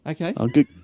Okay